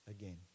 again